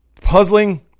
Puzzling